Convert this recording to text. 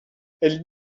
elle